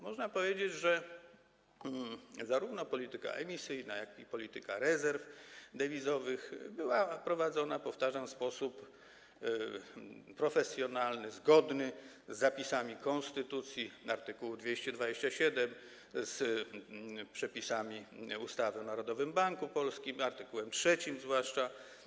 Można powiedzieć, że zarówno polityka emisyjna, jak i polityka rezerw dewizowych była prowadzona, powtarzam, w sposób profesjonalny, zgodny z zapisami konstytucji, z art. 227, z przepisami ustawy o Narodowym Banku Polskim, z art. 3 zwłaszcza.